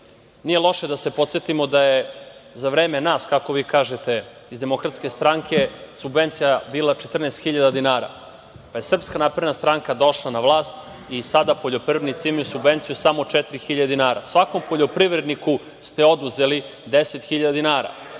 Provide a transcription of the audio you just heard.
nije loše da se podsetimo da je za vreme nas, kako vi kažete – iz Demokratske Stranke, subvencija bila 14000 dinara, pa je SNS došla na vlast i sada poljoprivrednici imaju subvenciju 4000 dinara. Svakom poljoprivredniku ste oduzeli 10000